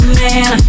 man